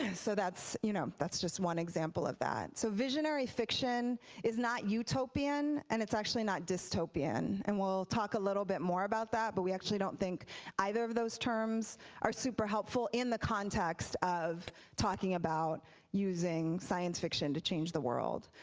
and so that's you know that's just one example of that. so visionary fiction is not utopian, and it's actually not dystopian, and we'll talk a little bit more abut that. but we actually don't think either of those terms are super helpful the context of talking about using science fiction to change the world.